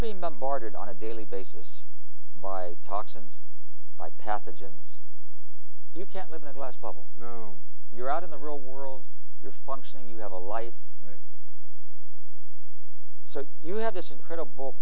being bombarded on a daily basis by toxins by pathogens you can't live in a glass bubble and you're out in the real world you're functioning you have a life so you have this incredible